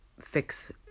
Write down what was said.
fix